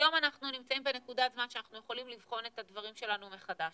היום אנחנו נמצאים בנקודת זמן שאנחנו יכולים לבחון את הדברים שלנו מחדש,